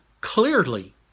clearly